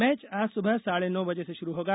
match आज सुबह साढ़े नौ बजे से शुरू होगा